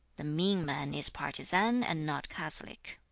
the mean man is partisan and not catholic